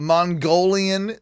Mongolian